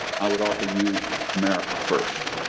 i would offer you america first.